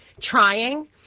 trying